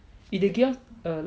if they give us